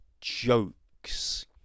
jokes